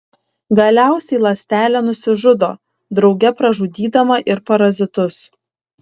galiausiai ląstelė nusižudo drauge pražudydama ir parazitus